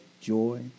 joy